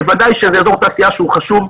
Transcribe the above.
בוודאי שזה אזור תעשייה חשוב,